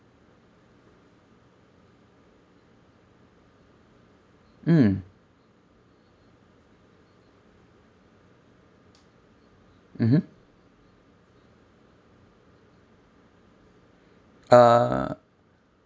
mm mmhmm uh